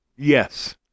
Yes